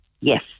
Yes